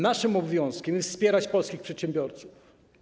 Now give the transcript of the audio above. Naszym obowiązkiem jest wspieranie polskich przedsiębiorców.